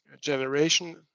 generation